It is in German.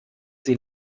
sie